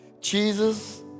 Jesus